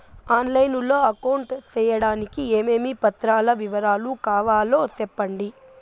On line లో account సేయడానికి ఏమేమి పత్రాల వివరాలు కావాలో సెప్పండి?